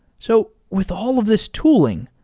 so with all of this tooling,